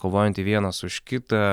kovojanti vienas už kitą